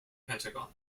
pentagon